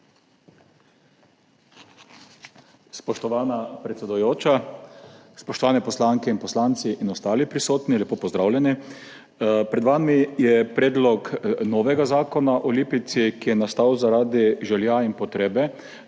Spoštovana predsedujoča, spoštovani poslanke in poslanci in ostali prisotni, lepo pozdravljeni! Pred vami je predlog novega zakona o Lipici, ki je nastal zaradi želja in potrebe,